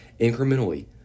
incrementally